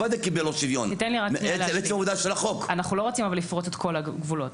לא רוצים לפרוץ את כל הגבולות.